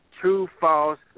true-false